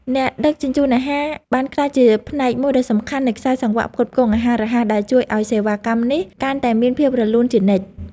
អ្នកដឹកជញ្ជូនអាហារបានក្លាយជាផ្នែកមួយដ៏សំខាន់នៃខ្សែសង្វាក់ផ្គត់ផ្គង់អាហាររហ័សដែលជួយឲ្យសេវាកម្មនេះកាន់តែមានភាពរលូនជានិច្ច។